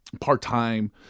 part-time